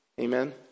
Amen